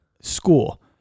school